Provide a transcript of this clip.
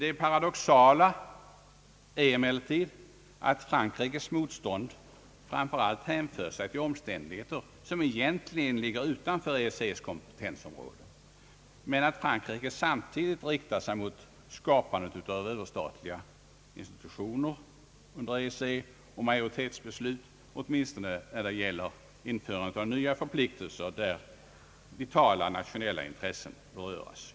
Det paradoxala är emellertid att Frankrikes motstånd hänför sig till omständigheter som egentligen ligger utanför EEC:s kompetensområde, men att Frankrike samtidigt riktar sig mot skapandet av överstatliga institutioner inom EEC och majoritetsbeslut åtminstone när det gäller införande av nya förpliktelser när vitala nationella intressen beröres.